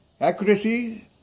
Accuracy